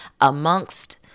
amongst